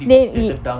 they we